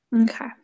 Okay